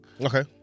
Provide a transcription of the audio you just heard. Okay